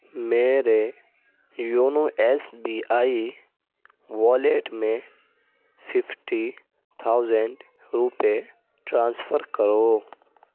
میرے YONO S B I wallet میں fifty thousand روپے ٹرانسفر کرو